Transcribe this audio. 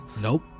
Nope